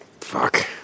Fuck